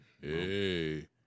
Hey